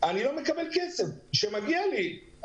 אני לא מקבל כסף שמגיע לי.